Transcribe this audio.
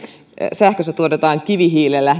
sähköstä tuotetaan kivihiilellä